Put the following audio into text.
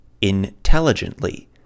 intelligently